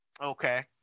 okay